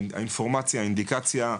האינפורמציה, האינדיקציה,